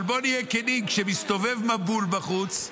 אבל בואו נהיה כנים, כשמסתובב מבול בחוץ,